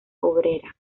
obrera